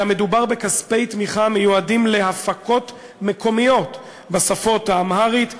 אלא מדובר בכספי תמיכה המיועדים להפקות מקומיות בשפות האמהרית והטיגרית,